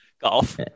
golf